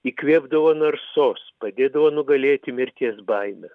įkvėpdavo narsos padėdavo nugalėti mirties baimę